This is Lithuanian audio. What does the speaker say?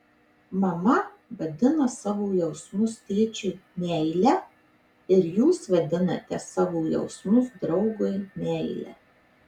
mama vadina savo jausmus tėčiui meile ir jūs vadinate savo jausmus draugui meile